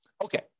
Okay